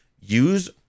use